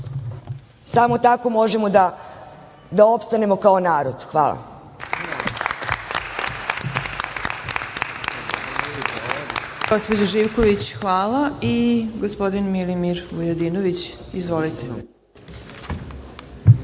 Samo tako možemo da opstanemo kao narod. Hvala.